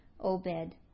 Obed